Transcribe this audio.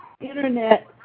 Internet